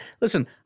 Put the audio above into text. listen